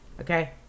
Okay